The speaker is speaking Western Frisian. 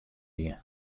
wie